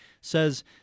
says